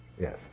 yes